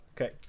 Okay